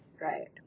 right